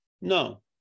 No